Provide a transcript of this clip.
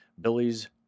Billy's